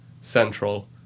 central